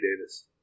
Davis